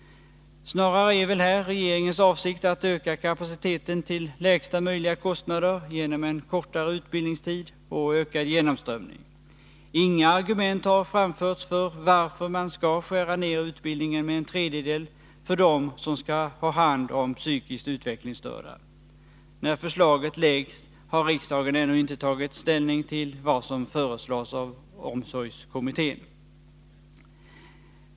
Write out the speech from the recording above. Snarare är väl här regeringens avsikt att öka kapaciteten till lägsta möjliga kostnader genom kortare utbildningstid och ökad genomströmning. Inga argument har framförts för att man skall skära ner utbildningen med en tredjedel för dem som skall ha hand om psykiskt utvecklingsstörda. När förslaget nu läggs fram har riksdagen ännu inte tagit ställning till vad som föreslås av omsorgskommittén.